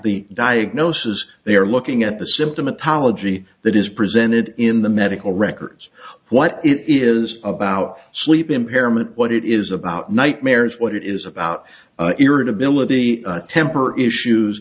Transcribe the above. the diagnosis they are looking at the symptomatology that is presented in the medical records what it is about sleep impairment what it is about nightmares what it is about irritability temper issues